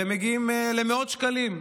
והם מגיעים למאות שקלים.